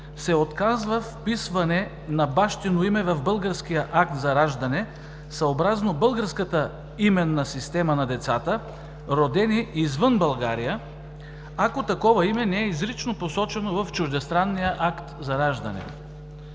се отказва вписване на бащино име в българския акт за раждане, съобразно българската именна система, на децата, родени извън България, ако такова име не е изрично посочено в чуждестранния акт за раждане.